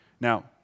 Now